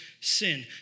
sin